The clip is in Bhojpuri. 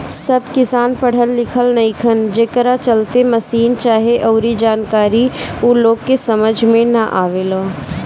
सब किसान पढ़ल लिखल नईखन, जेकरा चलते मसीन चाहे अऊरी जानकारी ऊ लोग के समझ में ना आवेला